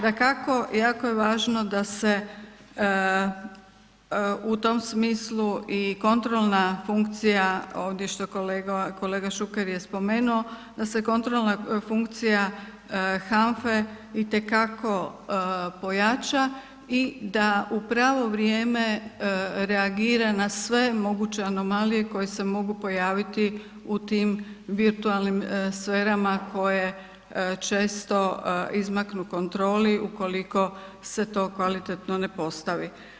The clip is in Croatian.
Dakako, jako je važno da se u tom smisli i kontrolna funkcija, ovdje što kolega Šuker je spomenuo, da se kontrolna funkcija HANFA-e itekako pojača i da u pravo vrijeme reagira na sve moguće anomalije koje se mogu pojaviti u tim virtualnim sferama koje često izmaknu kontroli ukoliko se to kvalitetno ne postavi.